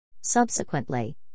Subsequently